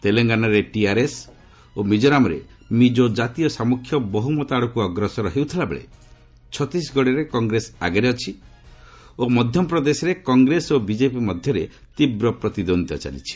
ତେଲଙ୍ଗାନାରେ ଟିଆର୍ଏସ୍ ଓ ମିକୋରାମରେ ମିକୋ ଜାତୀୟ ସାମ୍ପୁଖ୍ୟ ବହୁମତ ଆଡ଼କୁ ଅଗ୍ରସର ହେଉଥିଲାବେଳେ ଛତିଶଗଡ଼ରେ କଂଗ୍ରେସ ଆଗରେ ଅଛି ଓ ମଧ୍ୟପ୍ରଦେଶରେ କଂଗ୍ରେସ ଓ ବିଜେପି ମଧ୍ୟରେ ତୀବ୍ର ପ୍ରତିଦ୍ୱନ୍ଦ୍ୱିତା ଚାଲିଛି